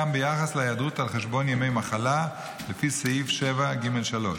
גם ביחס להיעדרות על חשבון ימי מחלה לפי סעיף 7(ג3)